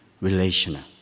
relational